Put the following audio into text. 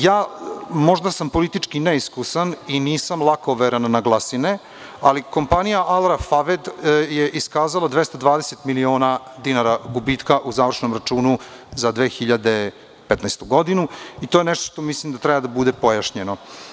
Ja, možda sam politički neiskusan i nisam lakoveran na glasine, ali kompanija „Al Rafaved“ je iskazala 220 miliona dinara gubitka u završnom računu za 2015. godinu i to je nešto što mislim da treba da bude pojašnjeno.